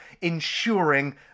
ensuring